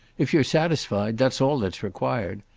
if you're satisfied, that's all that's required.